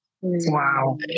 Wow